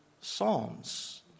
psalms